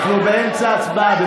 אנחנו באמצע ההצבעה.